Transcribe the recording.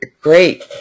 great